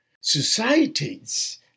Societies